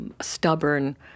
stubborn